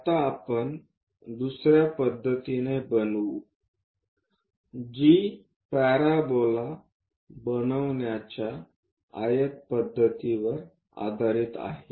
आता आपण दुसऱ्या पद्धतीने बनवू जी पॅराबोला बनवण्याचा आयत पद्धतीवर आधारित आहे